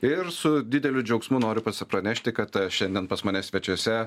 ir su dideliu džiaugsmu noriu pranešti kad šiandien pas mane svečiuose